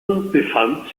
befand